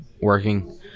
working